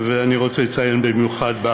ואני רוצה לציין במיוחד,